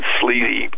sleazy